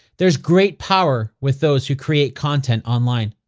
there's great power with those who create content online.